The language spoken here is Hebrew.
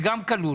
זה גם כלול.